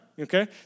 okay